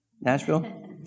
Nashville